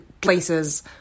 places